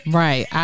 right